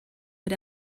but